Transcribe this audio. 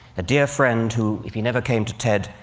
a dear friend who, if he never came to ted,